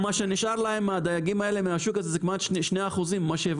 מה שנשאר לדייגים האלה מן השוק זה כמעט 2% משוק הדגים,